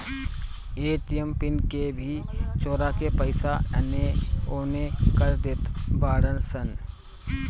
ATM pin के भी चोरा के पईसा एनेओने कर देत बाड़ऽ सन